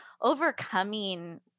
overcoming